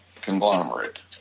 conglomerate